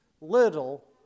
little